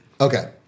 Okay